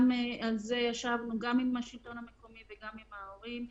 על זה ישבנו גם עם השלטון המקומי, גם עם ההורים.